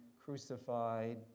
Crucified